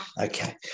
Okay